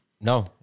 No